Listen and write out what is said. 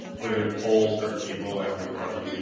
where they would pull certain people, ask them a question, you know,